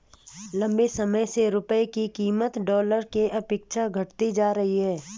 लंबे समय से रुपये की कीमत डॉलर के अपेक्षा घटती जा रही है